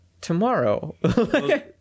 tomorrow